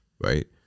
Right